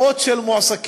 מאות של מועסקים,